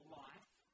life